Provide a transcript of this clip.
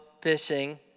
fishing